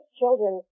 children